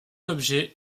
objet